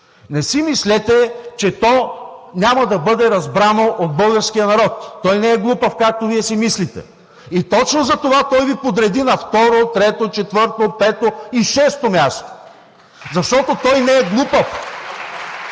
Не си мислете, че то няма да бъде разбрано от българския народ. Той не е глупав, както Вие си мислите, и точно затова той Ви подреди на второ, трето, четвърто, пето и шесто място, защото той не е глупав.